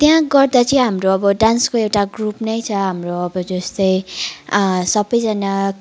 त्यहाँ गर्दा चाहिँ हाम्रो अब एउटा डान्सको ग्रुप नै छ हाम्रो अब जस्तै सबैजना